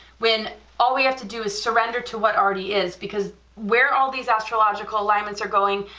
when all we have to do is surrender to what already is, because we're all these astrological alignments are going,